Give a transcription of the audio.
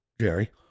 Jerry